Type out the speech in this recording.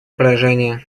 поражение